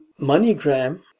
Moneygram